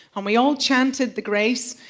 um we all chanted the grace,